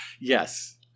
Yes